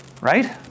right